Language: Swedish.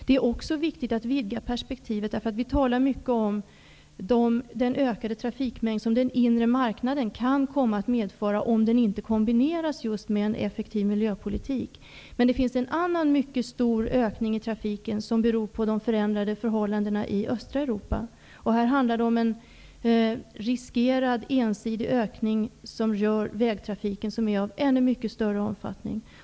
Det är också viktigt att vidga perspektivet, därför att vi talar om den ökade trafikmängd som den inre marknaden kan komma att medföra om den inte kombineras med just en effektiv miljöpolitik. Men det finns en annan mycket stor ökning i trafiken som beror på de förändrade förhållandena i östra Europa. Här handlar det om en riskerad ensidig ökning av vägtrafiken som är av mycket större omfattning.